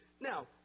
Now